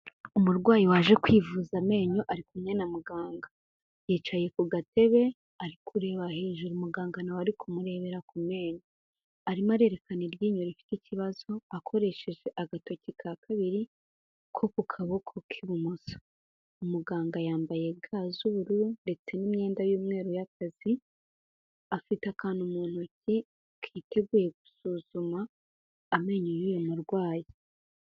Umurwayi waje kwivuza amenyo ari kumwe na muganga. Yicaye ku gatebe, ari kurerebaba hejuru; muganga na we ari kumurebera ku menyo. Arimo arerekana iryinyo rifite ikibazo, akoresheje agatoki ka kabiri, ko ku kaboko k'ibumoso. Umuganga yambaye ga z'ubururu, ndetse n'imyenda y'umweru y'akazi, afite akantu mu ntoki yiteguye gusuzuma amenyo y'uyu murwayi.